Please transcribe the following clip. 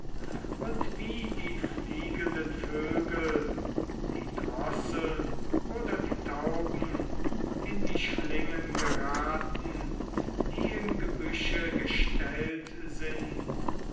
und wie die fliegenden vögel die drosseln oder die tauben in die schlingen geraten die im gebüsche gestellt sind